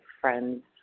friends